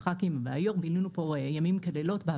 הנוכחית ולהכניס את אותם תקנים לתוך